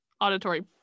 auditory